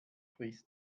frisst